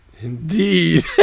Indeed